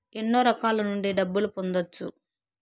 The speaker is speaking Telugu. ఎన్నో రకాల నుండి డబ్బులు పొందొచ్చు